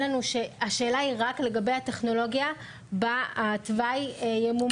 השאלה היא רק לגבי הטכנולוגיה בה התוואי ימומש.